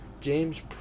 James